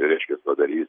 tai reiškia padarys